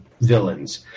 villains